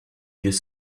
vieux